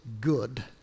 good